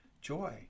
joy